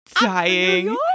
dying